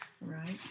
Right